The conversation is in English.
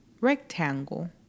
Rectangle